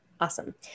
Awesome